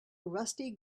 rusty